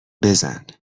بزن